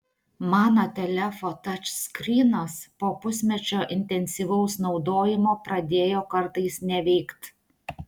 mano telefo tačskrynas po pusmečio intensyvaus naudojimo pradėjo kartais neveikt